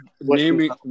naming